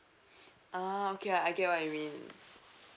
ah okay I get what you mean